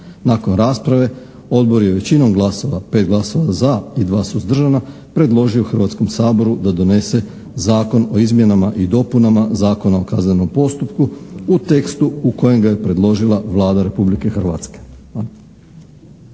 Nakon rasprave odbor je većinom glasova, 5 glasova za i 2 suzdržana predložio Hrvatskom saboru da donese Zakon o izmjenama i dopunama Zakona o kaznenom postupku u tekstu u kojem ga je predložila Vlada Republike Hrvatske.